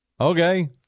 okay